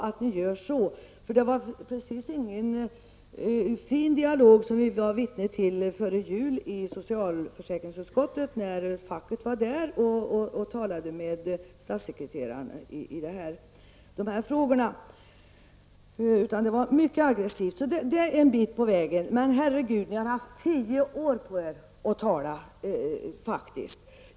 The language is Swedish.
Det var inte precis någon fin dialog som vi fick vara vittnen till före jul i socialförsäkringsutskottet när representanter för facket var där och talade med statssekreteraren i dessa frågor, utan den var mycket aggressiv. Så det är en bit på vägen. Men ni har faktiskt haft tio år på er att tala.